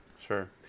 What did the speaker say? sure